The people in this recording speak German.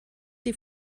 die